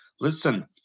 listen